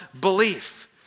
belief